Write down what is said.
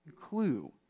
clue